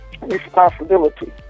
responsibility